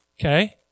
Okay